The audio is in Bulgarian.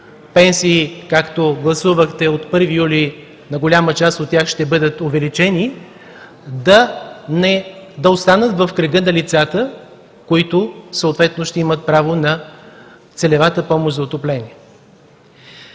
пенсии, както гласувахте – от 1 юли на голяма част от тях ще бъдат увеличени, да останат в кръга на лицата, които ще имат право на целева помощ за отопление.